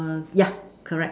yeah correct